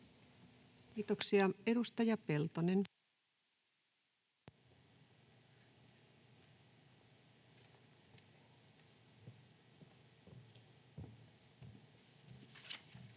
Kiitoksia. — Edustaja Peltonen. Arvoisa